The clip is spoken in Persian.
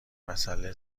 مسئله